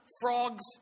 Frogs